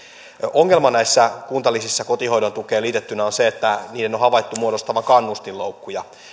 ongelma näissä kuntalisissä kotihoidon tukeen liitettynä on se että niiden on havaittu muodostavan kannustinloukkuja